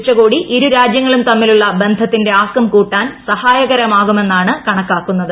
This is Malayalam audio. ഉച്ചകോടി ഇരുരാജ്യുങ്ങളും തമ്മിലുള്ള ബന്ധത്തിന്റെ ആക്കം കൂട്ടാൻ സഹായക്ക് മാക്ക് മെന്നാണ് കണക്കാക്കു ന്നത്